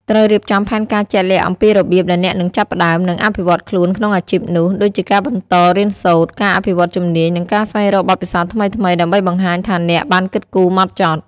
ត្រូវរៀបចំផែនការជាក់លាក់អំពីរបៀបដែលអ្នកនឹងចាប់ផ្តើម និងអភិវឌ្ឍខ្លួនក្នុងអាជីពនោះ ដូចជាការបន្តរៀនសូត្រ ការអភិវឌ្ឍជំនាញ និងការស្វែងរកបទពិសោធន៍ថ្មីៗ ដើម្បីបង្ហាញថាអ្នកបានគិតគូរហ្មត់ចត់។